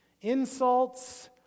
insults